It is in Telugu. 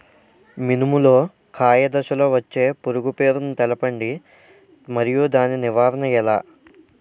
మినుము లో కాయ దశలో వచ్చే పురుగు పేరును తెలపండి? మరియు దాని నివారణ ఎలా?